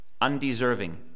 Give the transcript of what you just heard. undeserving